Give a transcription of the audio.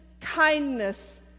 kindness